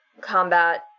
combat